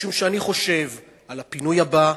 משום שאני חושב על הפינוי הבא,